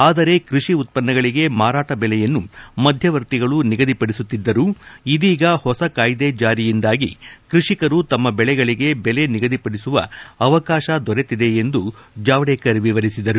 ಆದರೆ ಕೃಷಿ ಉತ್ಪನ್ನಗಳಿಗೆ ಮಾರಾಟ ಬೆಲೆಯನ್ನು ಮಧ್ಯವರ್ತಿಗಳು ನಿಗದಿಪಡಿಸುತ್ತಿದ್ದರು ಇದೀಗ ಹೊಸ ಕಾಯ್ದೆ ಜಾರಿಯಿಂದಾಗಿ ಕೃಷಿಕರು ತಮ್ನ ಬೆಳೆಗಳಿಗೆ ಬೆಲೆ ನಿಗದಿಪಡಿಸುವ ಅವಕಾಶ ದೊರೆತಿದೆ ಎಂದು ಜಾವ್ನೇಕರ್ ವಿವರಿಸಿದರು